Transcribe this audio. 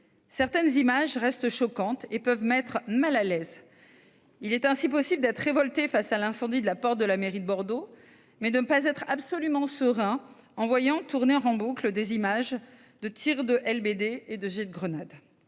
Certaines images restent choquantes et peuvent mettre mal à l'aise. Il est possible d'être révolté face à l'incendie de la porte de la mairie de Bordeaux et de ne pas être absolument serein en voyant tourner en boucle des images de tirs de LBD et de jets de grenades.